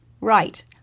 Right